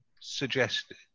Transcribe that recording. suggested